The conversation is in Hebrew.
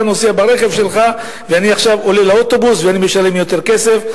אתה נוסע ברכב שלך ואני עכשיו עולה לאוטובוס ואני משלם יותר כסף.